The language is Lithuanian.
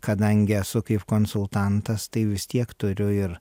kadangi esu kaip konsultantas tai vis tiek turiu ir